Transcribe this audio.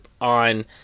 on